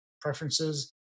preferences